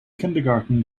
kindergarten